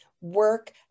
work